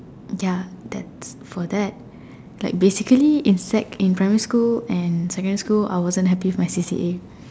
ya that's for that like basically in sec in primary and secondary school I wasn't happy with my C_C_A